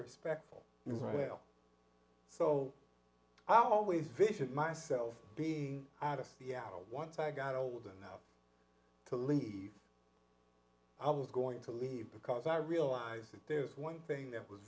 respectful in israel so i always vision myself being out of seattle once i got old enough to leave i was going to leave because i realized that there's one thing that was